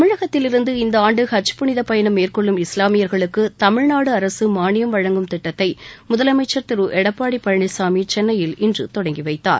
தமிழகத்திலிருந்து இந்த ஆண்டு ஹஜ் புனிதப் பயணம் மேற்கொள்ளும் இஸ்லாமியர்களுக்கு தமிழ்நாடு அரசு மாளியம் வழங்கும் திட்டத்தை முதலமைச்சர் திரு எடப்பாடி பழனிசாமி சென்னையில் இன்று தொடங்கி வைத்தார்